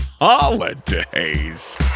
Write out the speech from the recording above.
holidays